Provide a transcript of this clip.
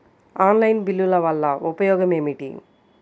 Online బిల్లుల వల్ల ఉపయోగమేమిటీ?